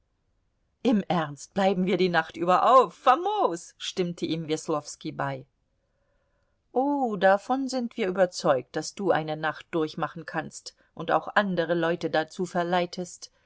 im ernst bleiben wir die nacht über auf famos stimmte ihm weslowski bei oh davon sind wir überzeugt daß du eine nacht durchmachen kannst und auch andere leute dazu verleitest